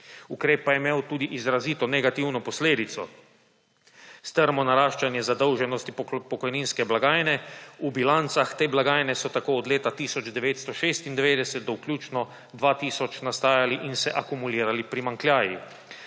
Ukrep pa je imel tudi izrazito negativno posledico – strmo naraščanje zadolženosti pokojninske blagajne. V bilancah te blagajne so tako od leta 1996 do vključno 2000 nastajali in se akumulirali primanjkljaji.